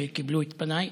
שקיבלו את פניי